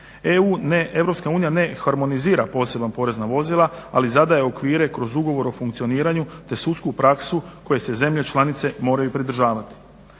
ne harmonizira poseban porez na vozila, ali zadaje okvir kroz ugovor o funkcioniranju te sudsku praksu koje se zemlje članice moraju pridržavati.